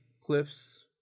cliffs